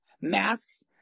Masks